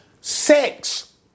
sex